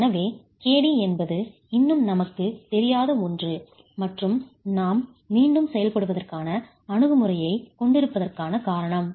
எனவே kd என்பது இன்னும் நமக்குத் தெரியாத ஒன்று மற்றும் நாம் மீண்டும் செயல்படுவதற்கான அணுகுமுறையைக் கொண்டிருப்பதற்கான காரணம்